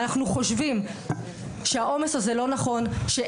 אנחנו חושבים שהעומס הזה לא נכון.